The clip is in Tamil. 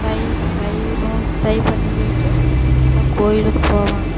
தை தை நோ தை பண்டிகைக்கு எல்லாம் கோயிலுக்கு போவாங்க